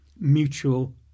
mutual